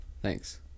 Thanks